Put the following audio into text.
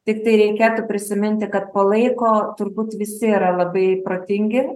tiktai reikėtų prisiminti kad po laiko turbūt visi yra labai protingi